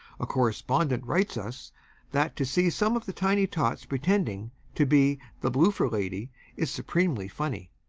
a correspondent writes us that to see some of the tiny tots pretending to be the bloofer lady is supremely funny.